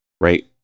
right